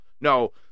No